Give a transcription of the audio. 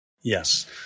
Yes